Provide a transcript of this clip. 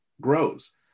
grows